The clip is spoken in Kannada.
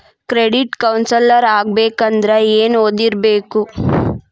ಕ್ರೆಡಿಟ್ ಕೌನ್ಸಿಲರ್ ಆಗ್ಬೇಕಂದ್ರ ಏನ್ ಓದಿರ್ಬೇಕು?